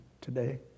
today